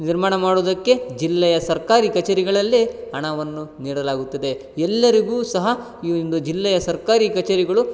ನಿರ್ಮಾಣ ಮಾಡುವುದಕ್ಕೆ ಜಿಲ್ಲೆಯ ಸರ್ಕಾರಿ ಕಚೇರಿಗಳಲ್ಲೇ ಹಣವನ್ನು ನೀಡಲಾಗುತ್ತದೆ ಎಲ್ಲರಿಗೂ ಸಹ ಈ ಒಂದು ಜಿಲ್ಲೆಯ ಸರ್ಕಾರಿ ಕಚೇರಿಗಳು